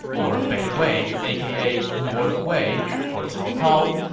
or beiwei, aka, north wei, for cao cao.